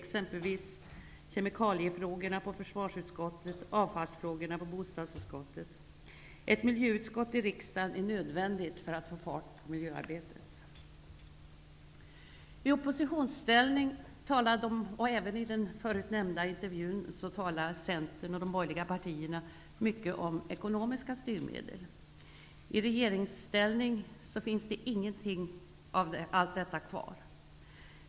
Kemikaliefrågorna ligger t.ex. på försvarsutskottet och avfallsfrågorna på bostadsutskottet. Ett miljöutskott i riksdagen är nödvändigt för att få fart på miljöarbetet. I oppositionsställning, och även i den förut nämnda intervjun, talade Centern och de övriga borgerliga partierna mycket om ekonomiska styrmedel. I regeringsställning finns inget av detta kvar.